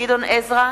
גדעון עזרא,